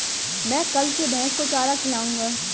मैं कल से भैस को चारा खिलाऊँगा